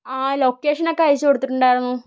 ആ ലൊക്കേഷൻ ഒക്കെ അയച്ചു കൊടുത്തിട്ടുണ്ടാരുന്നു